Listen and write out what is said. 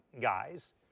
guys